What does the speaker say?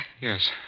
Yes